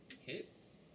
hits